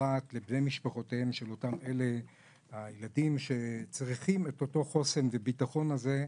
בפרט לבני משפחותיהם של הילדים שצריכים את אותו חוסן וביטחון האלה,